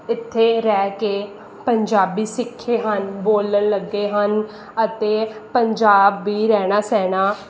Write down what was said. ਇੱਥੇ ਰਹਿ ਕੇ ਪੰਜਾਬੀ ਸਿੱਖੇ ਹਨ ਬੋਲਣ ਲੱਗੇ ਹਨ ਅਤੇ ਪੰਜਾਬ ਵੀ ਰਹਿਣਾ ਸਹਿਣਾ